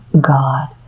God